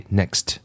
next